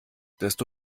desto